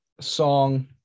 song